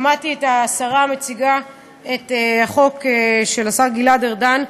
שמעתי את השרה מציגה את החוק של השר גלעד ארדן,